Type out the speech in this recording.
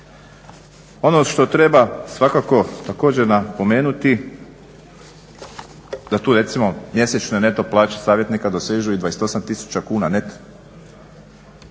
Ono što treba svakako također napomenuti da tu recimo mjesečne neto plaće savjetnika dosežu i 28 tisuća kuna, neto.